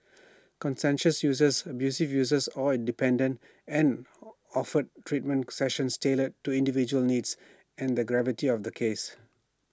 conscientious user abusive user or dependent and offered treatment sessions tailored to individual needs and the gravity of the case